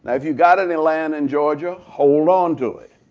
if you've got any land in georgia, hold on to it.